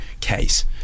case